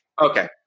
Okay